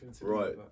right